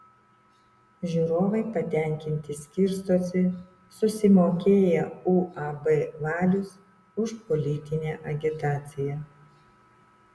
žiūrovai patenkinti skirstosi susimokėję uab valius už politinę agitaciją